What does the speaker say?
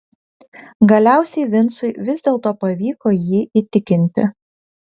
galiausiai vincui vis dėlto pavyko jį įtikinti